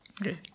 okay